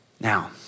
Now